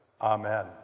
Amen